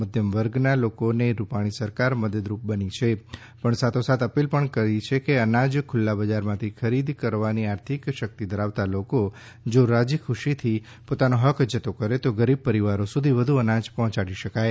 મધ્યમ વર્ગ ના લોકોને રુપાણી સરકાર મદદરૂપ બની છે પણ સાથોસાથ અપીલ પણ કરી છે કે અનાજ ખુલ્લા બજાર માંથી ખરીદ કરવાની આર્થિક શક્તિ ધરવાતા લોકો જો રાજીખુશી થી પોતાનો હક્ક જતો કરે તો ગરીબ પરિવારો સુધી વધુ અનાજ પહોંચાડી શકાય